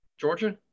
Georgia